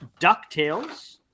DuckTales